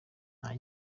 nta